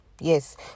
Yes